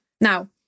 Now